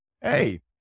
Hey